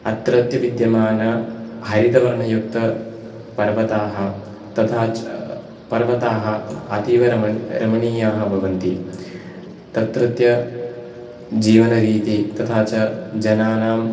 अत्रत्य विद्यमान हरितवर्णयुक्तपर्वताः तथा च पर्वताः अतीव रमणीयः भवन्ति तत्रत्य जीवनरीति तथा च जनानां